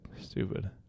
stupid